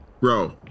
Bro